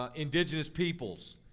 ah indigenous peoples,